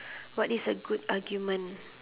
what is a good argument